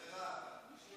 היא שוחררה.